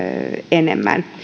enemmän